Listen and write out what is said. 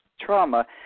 trauma